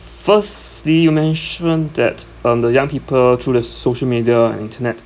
firstly you mentioned that um the young people through the so~ social media and internet